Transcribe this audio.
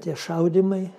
tie šaudymai